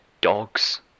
dogs